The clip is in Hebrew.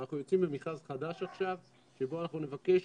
אנחנו יוצאים למכרז חדש עכשיו שבו אנחנו נבקש